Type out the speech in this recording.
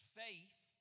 faith